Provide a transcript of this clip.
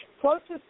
Closest